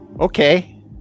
Okay